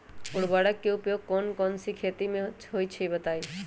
उर्वरक के उपयोग कौन कौन खेती मे होई छई बताई?